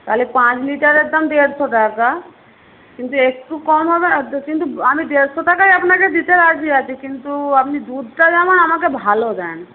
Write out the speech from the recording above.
তাহলে পাঁচ লিটারের দাম দেড়শো টাকা কিন্তু একটু কম হবে কিন্তু আমি দেড়শো টাকাই আপনাকে দিতে রাজি আছি কিন্তু আপনি দুধটা যেন আমাকে ভালো দেন